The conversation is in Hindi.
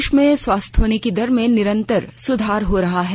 देश में स्वस्थ होने की दर में निरन्तर सुधार हो रहा है